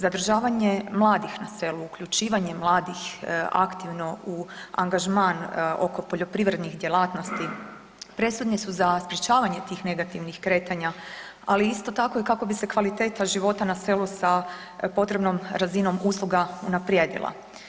Zadržavanje mladih na selu, uključivanje mladih aktivno u angažman oko poljoprivrednih djelatnosti presudne su za sprječavanje tih negativnih kretanja, ali isto tako, kako bi se i kvaliteta života na selu sa potrebnom razinom usluga unaprijedila.